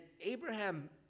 Abraham